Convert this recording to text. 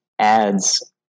adds